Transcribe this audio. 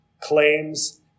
claims